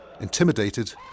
intimidated